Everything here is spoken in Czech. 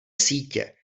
sítě